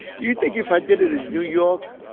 you think if i did it in new york,